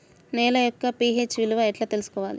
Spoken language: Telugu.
నేల యొక్క పి.హెచ్ విలువ ఎట్లా తెలుసుకోవాలి?